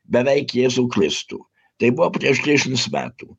beveik jėzų kristų tai buvo prieš trisdešimt metų